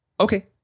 Okay